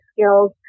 skills